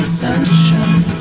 sunshine